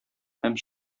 һәм